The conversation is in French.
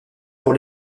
pour